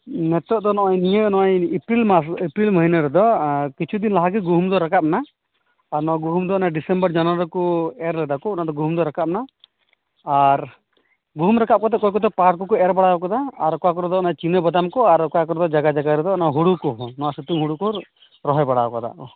ᱱᱤᱛᱚᱜ ᱫᱚ ᱱᱚᱜᱼᱚᱭ ᱱᱤᱭᱟᱹ ᱮᱯᱨᱤᱞ ᱢᱟᱥ ᱢᱟᱹᱦᱟᱱᱟᱹ ᱨᱮᱫᱚ ᱠᱤᱪᱷᱩ ᱫᱤᱱ ᱞᱟᱦᱟ ᱨᱮᱜᱮ ᱜᱩᱦᱩᱢ ᱫᱚ ᱨᱟᱠᱟᱵ ᱮᱱᱟ ᱟᱨ ᱱᱚᱣᱟ ᱜᱩᱦᱩᱢ ᱫᱚ ᱰᱤᱥᱮᱢᱵᱚᱨ ᱡᱟᱱᱩᱭᱟᱨᱤ ᱠᱚ ᱮᱨ ᱞᱮᱫᱟ ᱠᱚ ᱚᱱᱟ ᱫᱚ ᱜᱩᱦᱩᱢ ᱫᱚ ᱨᱟᱠᱟᱵ ᱮᱱᱟ ᱟᱨ ᱜᱩᱦᱩᱢ ᱨᱟᱠᱟᱵ ᱠᱟᱛᱮᱫ ᱚᱠᱚᱭ ᱠᱚᱫᱚ ᱯᱟᱨ ᱠᱚ ᱠᱚ ᱮᱨ ᱵᱟᱲᱟ ᱟᱠᱟᱫᱟ ᱟᱨ ᱚᱠᱟ ᱠᱚᱨᱮ ᱫᱚ ᱚᱱᱟ ᱪᱤᱱᱟᱹ ᱵᱟᱫᱟᱢ ᱠᱚ ᱟᱨ ᱚᱠᱟ ᱠᱚᱨᱮ ᱫᱚᱯ ᱡᱟᱭᱜᱟ ᱡᱟᱜᱟ ᱨᱮᱫᱚ ᱦᱳᱲᱳ ᱠᱚ ᱱᱚᱣᱟ ᱥᱤᱛᱩᱝ ᱦᱳᱲᱳ ᱠᱚ ᱨᱚᱦᱚᱭ ᱵᱟᱲᱟ ᱟᱠᱟᱫᱟ